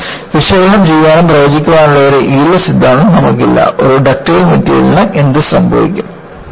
പക്ഷേ വിശകലനം ചെയ്യാനും പ്രവചിക്കാനുമുള്ള ഒരു യീൽഡ് സിദ്ധാന്തം നമുക്കില്ല ഒരു ഡക്റ്റൈൽ മെറ്റീരിയലിന് എന്ത് സംഭവിക്കും